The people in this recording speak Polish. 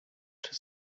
czy